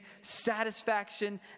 satisfaction